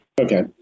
Okay